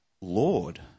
Lord